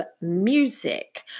music